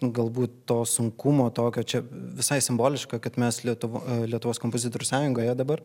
galbūt to sunkumo tokio čia visai simboliška kad mes lietuvo lietuvos kompozitorių sąjungoje dabar